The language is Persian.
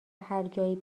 هرجایی